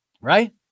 Right